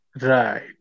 Right